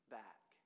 back